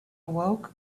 awoke